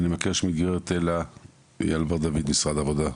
אני מבקש מגברת אלה אייל בר דוד ממשרד העבודה,